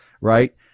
right